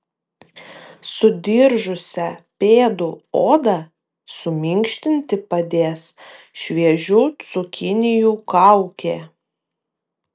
sudiržusią pėdų odą suminkštinti padės šviežių cukinijų kaukė